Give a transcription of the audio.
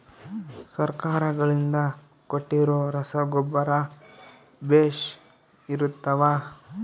ಸರ್ಕಾರಗಳಿಂದ ಕೊಟ್ಟಿರೊ ರಸಗೊಬ್ಬರ ಬೇಷ್ ಇರುತ್ತವಾ?